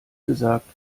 gesagt